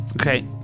Okay